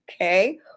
Okay